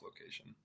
location